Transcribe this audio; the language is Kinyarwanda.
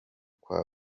kwa